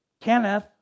Kenneth